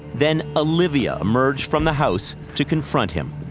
then olivia emerged from the house to confront him.